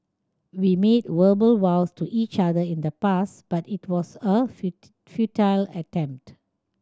we made verbal vows to each other in the past but it was a futile attempt